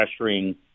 pressuring